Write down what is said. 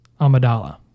Amidala